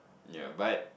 ya but